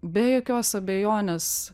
be jokios abejonės